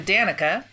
Danica